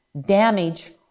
damage